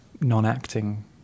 non-acting